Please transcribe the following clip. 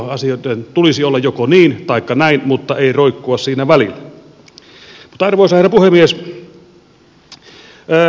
asioiden tulisi olla joko niin taikka näin mutta ei roikkua siinä välillä arvoisa herra puhemies